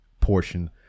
portion